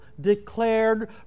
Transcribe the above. declared